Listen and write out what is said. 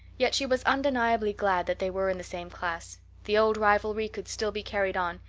yet she was undeniably glad that they were in the same class the old rivalry could still be carried on,